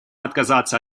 отказаться